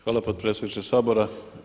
Hvala potpredsjedniče Sabora.